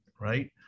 right